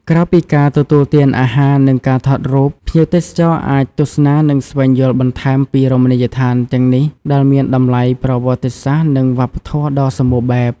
ក្រៅពីការទទួលទានអាហារនិងការថតរូប ភ្ញៀវទេសចរអាចទស្សនានិងស្វែងយល់បន្ថែមពីរមណីយដ្ឋានទាំងនេះដែលមានតម្លៃប្រវត្តិសាស្ត្រនិងវប្បធម៌ដ៏សម្បូរបែប។